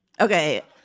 Okay